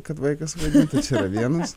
kad vaikas vaidintų čia yra vienas